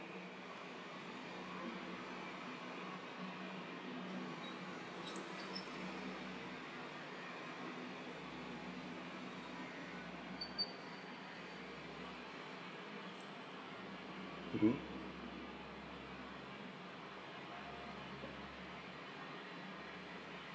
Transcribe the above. mmhmm